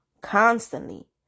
Constantly